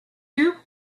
you